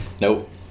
Nope